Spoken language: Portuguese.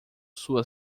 sua